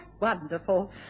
wonderful